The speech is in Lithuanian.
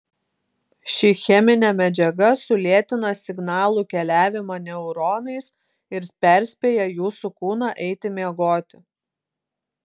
ši cheminė medžiaga sulėtina signalų keliavimą neuronais ir perspėja jūsų kūną eiti miegoti